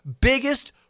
biggest